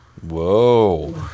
Whoa